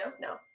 No